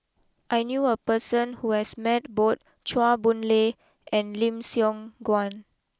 I knew a person who has met both Chua Boon Lay and Lim Siong Guan